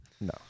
No